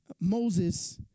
Moses